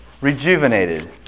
Rejuvenated